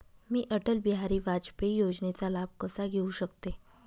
मी अटल बिहारी वाजपेयी योजनेचा लाभ कसा घेऊ शकते?